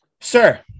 sir